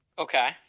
Okay